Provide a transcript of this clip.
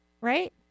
right